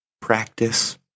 Practice